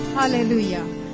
hallelujah